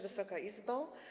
Wysoka Izbo!